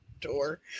door